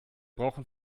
brauchen